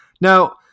Now